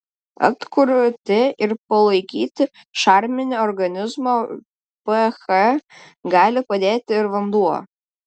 atkurti ir palaikyti šarminį organizmo ph gali padėti ir vanduo